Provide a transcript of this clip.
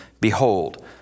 Behold